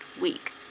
week